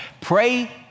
Pray